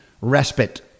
respite